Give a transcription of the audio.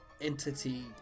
entity